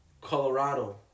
Colorado